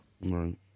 Right